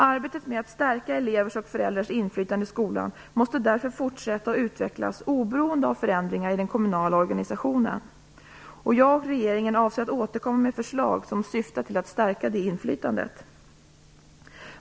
Arbetet med att stärka elevers och föräldrars inflytande i skolan måste därför fortsätta och utvecklas oberoende av förändringar i den kommunala organisationen. Jag och regeringen avser att återkomma med förslag som syftar till att stärka det inflytandet.